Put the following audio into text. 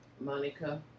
Monica